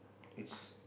it's